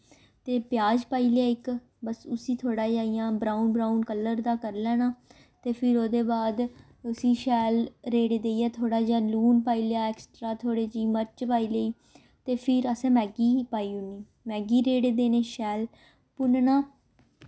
ते प्याज पाई लेआ इक बस उसी थोह्ड़ा जेहा इ'यां ब्राउन ब्राउन कलर दा करी लैना ते फिर ओह्दे बाद उसी शैल रेड़े देइयै थोह्ड़ा जेहा लून पाई लेआ ऐक्सट्रा धोड़ी जेही मर्च पाई लेई ते फिर असें मैगी पाई ओड़नी मैगी गी रेड़े देने शैल भुनन्ना